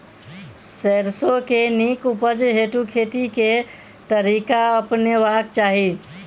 सैरसो केँ नीक उपज हेतु खेती केँ केँ तरीका अपनेबाक चाहि?